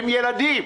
הם ילדים.